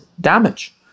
damage